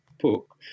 book